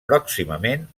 pròximament